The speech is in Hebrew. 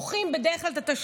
דוחים בדרך כלל את התשלום,